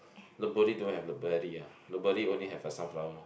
don't have only have a sunflower